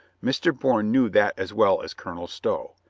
mr. bourne knew that as well as colonel stow.